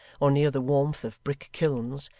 or near the warmth of brick-kilns,